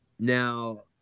Now